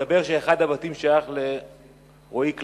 מסתבר שאחד הבתים שייך לרועי קליין,